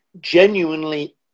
genuinely